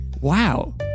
wow